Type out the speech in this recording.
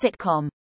sitcom